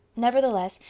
nevertheless,